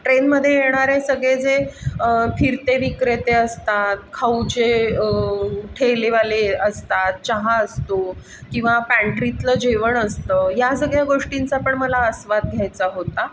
ट्रेनमध्ये येणारे सगळे जे फिरते विक्रेते असतात खाऊचे ठेलेवाले असतात चहा असतो किंवा पँट्रीतलं जेवण असतं या सगळ्या गोष्टींचा पण मला आस्वाद घ्यायचा होता